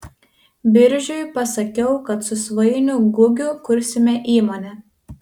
biržiui pasakiau kad su svainiu gugiu kursime įmonę